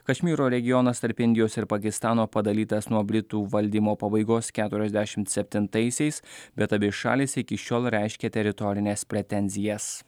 kašmyro regionas tarp indijos ir pakistano padalytas nuo britų valdymo pabaigos keturiasdešimt septintaisiais bet abi šalys iki šiol reiškia teritorines pretenzijas